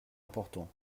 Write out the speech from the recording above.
important